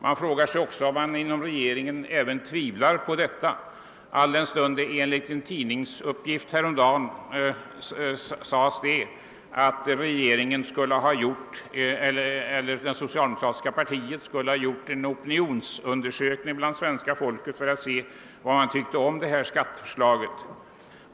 Man undrar också om regeringen själv tvivlar på detta. I en tidningsuppgift härom dagen kunde man nämligen läsa att det socialdemokratiska partiet har gjort en opinionsundersökning bland svenska folket för att se vad man tyckte om skatteförslaget.